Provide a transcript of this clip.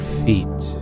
feet